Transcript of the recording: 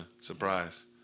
Surprise